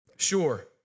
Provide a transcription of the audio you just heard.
Sure